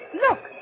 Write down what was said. Look